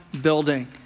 building